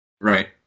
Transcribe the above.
Right